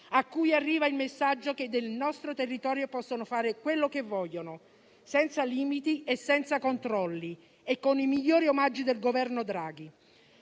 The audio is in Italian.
cui arriva il messaggio che del nostro territorio possono fare quello che vogliono, senza limiti e senza controlli e con i migliori omaggi del Governo Draghi.